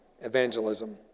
evangelism